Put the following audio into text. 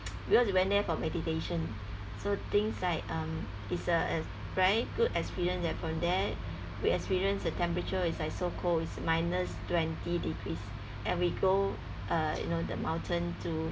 because we went there for meditation so things like um it's a very good experience there from there we experienced a temperature is like so cold it's minus twenty degrees and we go uh you know the mountain to